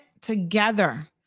together